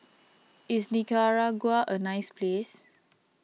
is Nicaragua a nice place